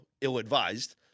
ill-advised